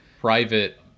private